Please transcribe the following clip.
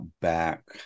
back